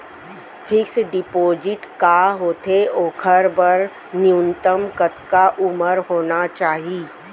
Fix deposit का होथे ओखर बर न्यूनतम कतका उमर होना चाहि?